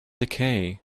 decay